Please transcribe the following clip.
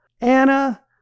Anna